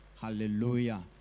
Hallelujah